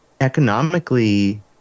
economically